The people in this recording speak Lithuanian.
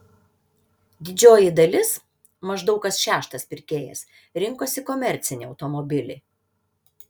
didžioji dalis maždaug kas šeštas pirkėjas rinkosi komercinį automobilį